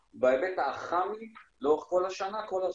בהיבט האח"מי לאורך כל השנה כל הזמן.